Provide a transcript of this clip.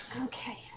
Okay